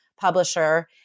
publisher